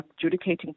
adjudicating